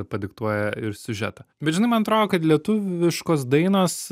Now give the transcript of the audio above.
padiktuoja ir siužetą bet žinai man atrodo kad lietuviškos dainos